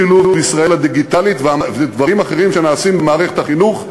בשילוב ישראל הדיגיטלית ודברים אחרים שנעשים במערכת החינוך,